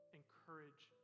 encourage